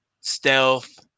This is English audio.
Stealth